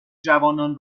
جوانان